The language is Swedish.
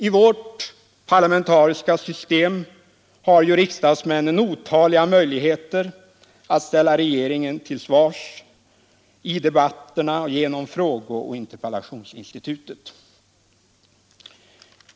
I vårt parlamentariska system har riksdagsmännen otaliga möjligheter att ställa regeringen till svars i debatterna och genom frågeoch interpellationsinstituten.